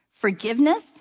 Forgiveness